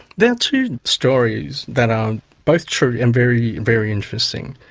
there are two stories that are both true and very, very interesting.